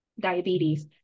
Diabetes